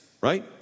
right